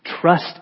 Trust